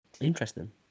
interesting